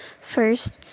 First